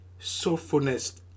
soulfulness